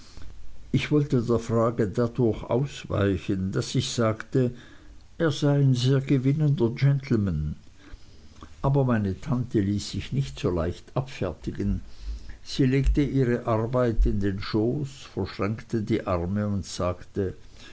ich wollte der frage dadurch ausweichen daß ich sagte er sei ein sehr gewinnender gentleman aber meine tante ließ sich nicht so leicht abfertigen sie legte ihre arbeit in den schoß verschränkte die arme und sagte